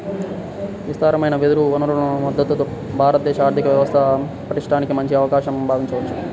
విస్తారమైన వెదురు వనరుల మద్ధతు భారత ఆర్థిక వ్యవస్థ పటిష్టానికి మంచి అవకాశంగా భావించవచ్చు